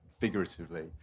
figuratively